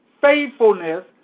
Faithfulness